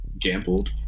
gambled